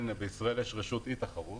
בישראל יש רשות אי-תחרות,